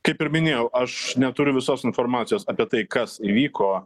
kaip ir minėjau aš neturiu visos informacijos apie tai kas įvyko